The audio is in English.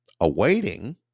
awaiting